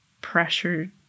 pressure